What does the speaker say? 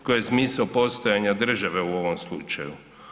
Koji je smisao postojanja države u ovom slučaju?